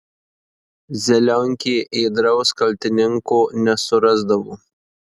zelionkė ėdraus kaltininko nesurasdavo